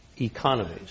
economies